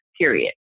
period